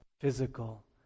physical